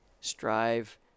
strive